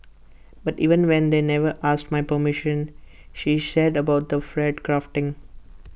but even then they never asked my permission she said about the fat grafting